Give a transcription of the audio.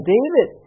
David